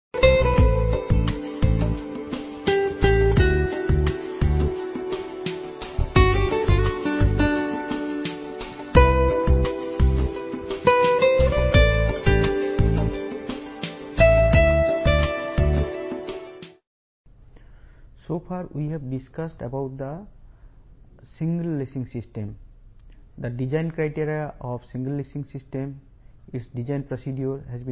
ఇంతకు ముందు లెక్చర్ లో సింగిల్ లేసింగ్ సిస్టమ్ గురుంచి సింగిల్ లేసింగ్ సిస్టమ్ యొక్క డిజైన్ ప్రమాణాల గురించి చర్చించాము